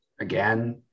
again